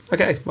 Okay